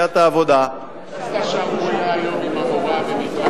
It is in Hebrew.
מסיעת העבודה תתייחס לשערורייה היום עם המורה במבחן מיצ"ב.